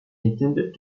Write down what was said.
intended